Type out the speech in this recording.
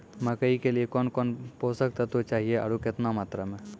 मकई के लिए कौन कौन पोसक तत्व चाहिए आरु केतना मात्रा मे?